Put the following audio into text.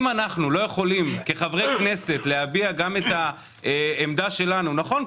אם אנו לא יכולים כחברי כנסת להביע גם את עמדתנו נכון,